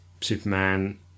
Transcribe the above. superman